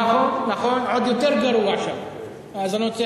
נכון, נכון, עוד יותר גרוע שם, האזנות סתר.